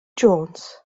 jones